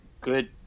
good